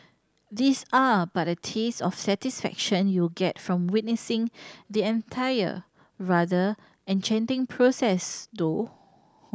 these are but a taste of satisfaction you'll get from witnessing the entire rather enchanting process though